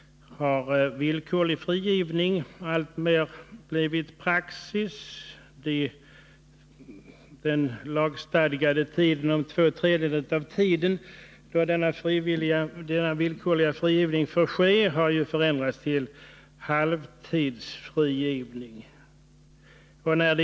Villkorlig frigivning har ju också alltmer blivit praxis. Den i lag stadgade föreskriften att två tredjedelar av strafftiden skall ha avtjänats före villkorlig frigivning har förändrats så, att i motsvarande fall halvtidsfrigivning kan ske.